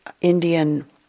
Indian